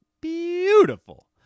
beautiful